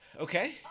Okay